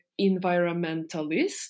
environmentalist